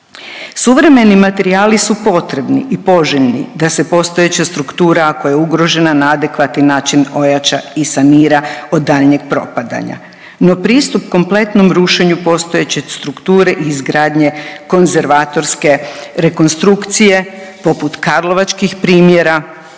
Suvremeni materijali su potrebni i poželjni da se postojeća struktura ako je ugrožena na adekvatni način ojača i sanira od daljnjeg propadanja. No, pristup kompletnom rušenju postojeće strukture i izgradnje konzervatorske rekonstrukcije poput karlovačkih primjera